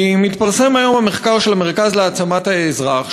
היום התפרסם המחקר של המרכז להעצמת האזרח,